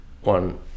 one